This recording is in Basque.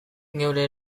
geure